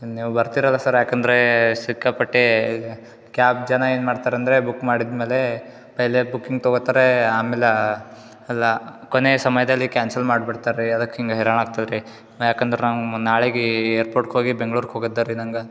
ನೀವು ಬರ್ತೀರಲ್ಲ ಸರ್ ಯಾಕಂದರೆ ಸಿಕ್ಕಾಪಟ್ಟೆ ಕ್ಯಾಬ್ ಜನ ಏನು ಮಾಡ್ತಾರಂದರೆ ಬುಕ್ ಮಾಡಿದ ಮೇಲೆ ಪೆಹೆಲೆ ಬುಕ್ಕಿಂಗ್ ತಗೋತಾರೆ ಆಮೇಲೆ ಅಲ್ಲಿ ಕೊನೆ ಸಮಯದಲ್ಲಿ ಕ್ಯಾನ್ಸಲ್ ಮಾಡ್ಬಿಡ್ತಾರೆ ರೀ ಅದಕ್ಕೆ ಹಿಂಗೆ ಹೈರಾಣ ಆಗ್ತದೆ ರೀ ಯಾಕಂದ್ರೆ ನಾವು ನಾಳಿಗೆ ಏರ್ಪೋಟ್ ಹೋಗಿ ಬೆಂಗ್ಳೂರ್ಗ್ ಹೋಗೊದ್ದ ರೀ ನಂಗೆ